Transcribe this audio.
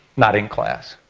not in class.